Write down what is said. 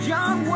John